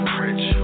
rich